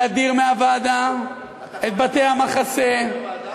להדיר מהוועדה את בתי-המחסה, אתה חבר ועדה?